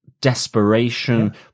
desperation